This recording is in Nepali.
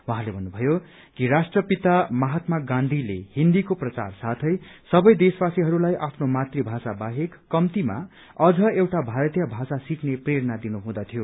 उहाँले भन्नुभयो कि राष्ट्रपिता महात्मा गाँधीले हिन्दीको प्रचार साथै सबै देशवासीहरूलाई आफ्नो मातृभाषा बाहेक कम्तीमा अझ एउटा भारतीय भाषा सिख्ने प्रेरणा दिनु हुदैथ्यो